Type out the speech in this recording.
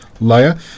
layer